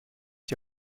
die